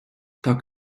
так